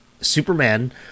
Superman